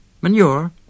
manure